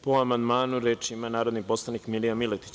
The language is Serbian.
Po amandmanu reč ima narodni poslanik Milija Miletić.